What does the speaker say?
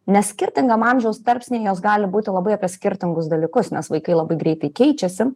nes skirtingam amžiaus tarpsniui jos gali būti labai skirtingus dalykus nes vaikai labai greitai keičiasi